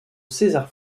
césar